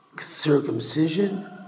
circumcision